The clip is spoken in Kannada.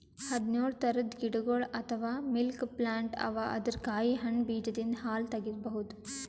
ಹದ್ದ್ನೊಳ್ ಥರದ್ ಗಿಡಗೊಳ್ ಅಥವಾ ಮಿಲ್ಕ್ ಪ್ಲಾಂಟ್ ಅವಾ ಅದರ್ ಕಾಯಿ ಹಣ್ಣ್ ಬೀಜದಿಂದ್ ಹಾಲ್ ತಗಿಬಹುದ್